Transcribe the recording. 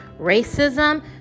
racism